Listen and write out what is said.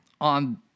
on